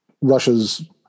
russia's